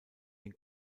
den